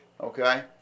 okay